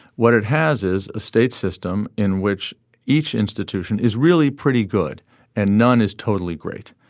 what it has is a state system in which each institution is really pretty good and none is totally great.